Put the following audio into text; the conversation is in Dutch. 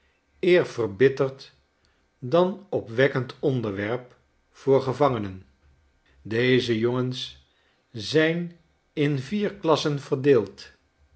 eer verbitterend dan opwekkend onderwerp voor gevangenen deze jongens zijn in vier klassen verdeeld